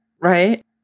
Right